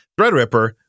threadripper